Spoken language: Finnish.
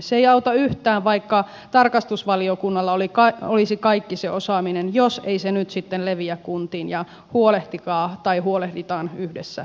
se ei auta yhtään vaikka tarkastusvaliokunnalla olisi kaikki se osaaminen jos ei se nyt sitten leviä kuntiin ja huolehtikaa tai huolehditaan yhdessä jatkossa tästä